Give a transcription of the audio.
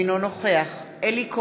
אינו נוכח אלי כהן,